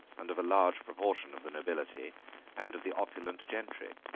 and of a large proportion of the nobility and of the opulent gentry.